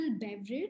beverage